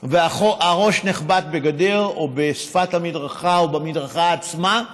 והראש נחבט בגדר או בשפת או במדרכה עצמה,